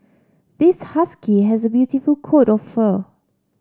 this husky has a beautiful coat of fur